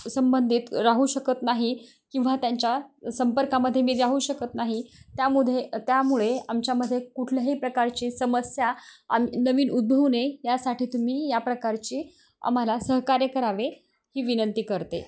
संबंधित राहू शकत नाही किंवा त्यांच्या संपर्कामध्ये मी राहू शकत नाही त्यामुध त्यामुळे आमच्यामध्ये कुठल्याही प्रकारची समस्या आम नवीन उदभवू नये यासाठी तुम्ही या प्रकारची आम्हाला सहकार्य करावे ही विनंती करते